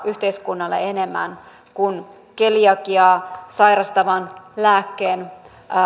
yhteiskunnalle enemmän kuin keliakiaa sairastavan lääkkeen